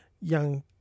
Young